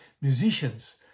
musicians